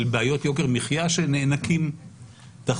של בעיות יוקר מחיה שנאנקים תחתיהן.